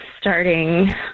starting